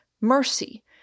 Mercy